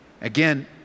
Again